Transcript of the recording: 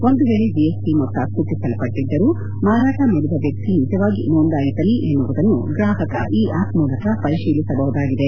ಒಂದು ವೇಳೆ ಜಿಎಸ್ಟಿ ಮೊತ್ತ ಸೂಚಿಸಲ್ಪಟ್ಟದ್ದರೂ ಮಾರಾಟ ಮಾಡಿದ ವ್ಯಕ್ತಿ ನಿಜವಾಗಿ ನೊಂದಾಯಿತನೇ ಎನ್ನುವುದನ್ನು ಗ್ರಾಪಕ ಈ ಆಪ್ ಮೂಲಕ ಪರಿಶೀಲಿಸಬಹುದಾಗಿದೆ